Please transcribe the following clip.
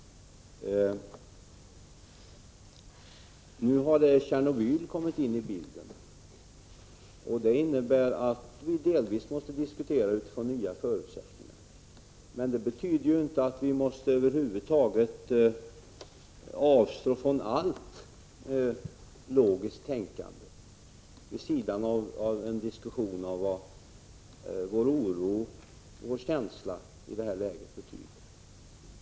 Nu har Tjernobylhändelsen kommit in i bilden, och det innebär att vi delvis måste diskutera utifrån nya förutsättningar. Men det betyder ju inte att vi måste avstå från allt logiskt tänkande vid sidan av det som vår oro och vår känsla innebär för oss i detta läge.